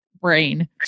brain